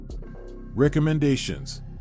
Recommendations